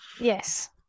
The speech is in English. Yes